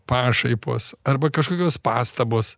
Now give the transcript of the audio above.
pašaipos arba kažkokios pastabos